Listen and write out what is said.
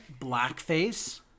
Blackface